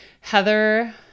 Heather